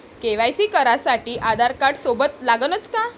KYC करासाठी आधारकार्ड सोबत लागनच का?